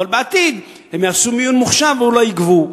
אבל בעתיד הם יעשו מיון ממוחשב ואולי יגבו.